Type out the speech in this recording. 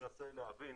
אני פשוט מנסה להבין,